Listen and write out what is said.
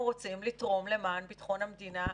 אנחנו רוצים לתרום למען בטחון המדינה.